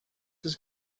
his